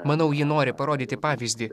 manau ji nori parodyti pavyzdį